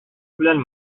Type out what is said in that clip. белән